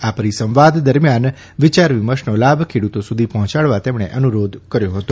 આ પરિસંવાદ દરમિયાન વિયાર વિમર્શનો લાભ ખેડૂતો સુધી પહોંચાડવા તેમણે અનુરોધ કર્યો હતો